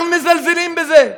אנחנו מזלזלים בזה.